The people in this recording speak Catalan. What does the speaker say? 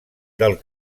del